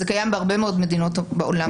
זה קיים בהרבה מאוד מדינות בעולם,